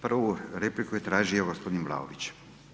Prvu repliku je tražio gospodin Vlaović.